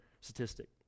statistic